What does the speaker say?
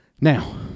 Now